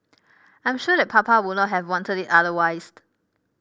I am sure that Papa would not have wanted it otherwise